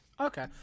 Okay